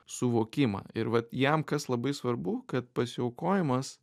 suvokimą ir vat jam kas labai svarbu kad pasiaukojimas